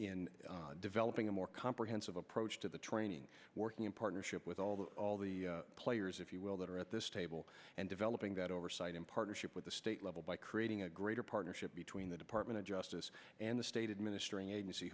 in developing a more comprehensive approach to the training working in partnership with all the all the players if you will that are at this table and developing that oversight in partnership with the state level by creating a greater partnership between the department of justice and the stated ministering agency